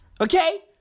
okay